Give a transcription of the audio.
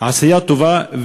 עשייה טובה.